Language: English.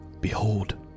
Behold